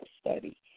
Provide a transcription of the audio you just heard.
study